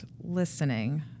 listening